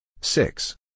Six